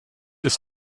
ist